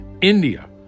India